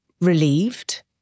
relieved